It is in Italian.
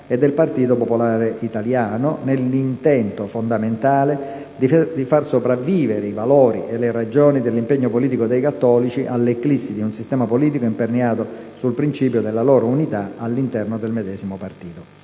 e del Partito Popolare Italiano, nell'intento fondamentale di far sopravvivere i valori e le ragioni dell'impegno politico dei cattolici all'eclissi di un sistema politico imperniato sul principio della loro unità all'interno del medesimo partito.